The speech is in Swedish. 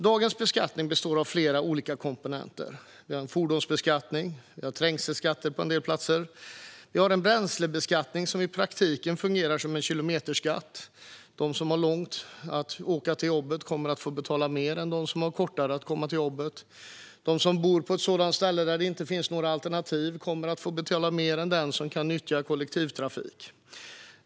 Dagens beskattning består av flera olika komponenter. Vi har en fordonsbeskattning, vi har trängselskatter på en del platser och vi har en bränslebeskattning som i praktiken fungerar som en kilometerskatt. De som har långt till jobbet kommer att få betala mer än de som har kortare väg till jobbet. De som bor på ett sådant ställe där det inte finns några alternativ kommer att få betala mer än de som kan nyttja kollektivtrafik.